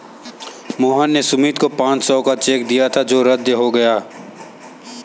मोहन ने सुमित को पाँच सौ का चेक दिया था जो रद्द हो गया